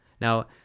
now